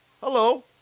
Hello